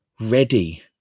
ready